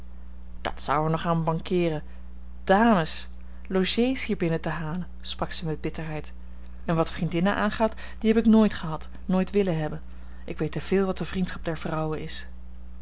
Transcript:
dat zou er nog aan mankeeren dames logées hier binnen te halen sprak zij met bitterheid en wat vriendinnen aangaat die heb ik nooit gehad nooit willen hebben ik weet te veel wat de vriendschap der vrouwen is